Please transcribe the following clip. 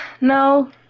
No